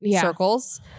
circles